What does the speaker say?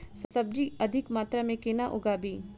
सब्जी अधिक मात्रा मे केना उगाबी?